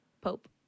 Pope